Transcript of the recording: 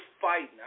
fighting